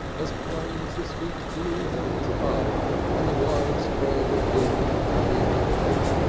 as plain as the sweet blue heavens above and the wide spread of hill and valley about him.